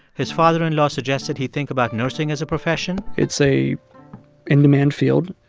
his father-in-law suggested he think about nursing as a profession? it's a in-demand field,